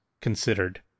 Considered